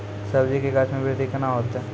सब्जी के गाछ मे बृद्धि कैना होतै?